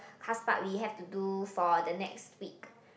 class part we have to do for the next week